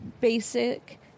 basic